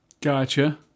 Gotcha